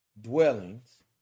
dwellings